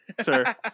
Sir